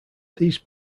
these